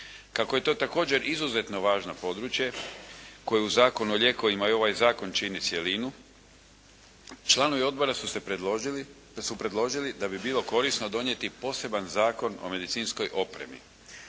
Kako je to također izuzetno važno područje koje je u Zakonu u lijekovima i ovaj zakon čini cjelinu članovi odbora su predložili da bi bilo korisno donijeti poseban zakon o medicinskoj opremi.